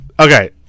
Okay